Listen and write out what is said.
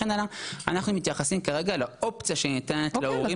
אנחנו מתייחסים כרגע לאופציה שניתנת להורים.